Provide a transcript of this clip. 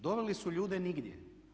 Doveli su ljude nigdje.